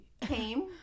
came